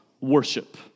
worship